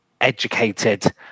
educated